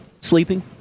sleeping